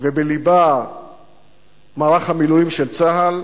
ובלבה מערך המילואים של צה"ל,